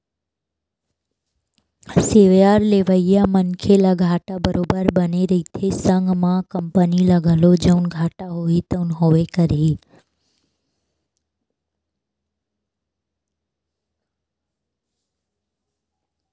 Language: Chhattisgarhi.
सेयर लेवइया मनखे ल घाटा बरोबर बने रहिथे संग म कंपनी ल घलो जउन घाटा होही तउन होबे करही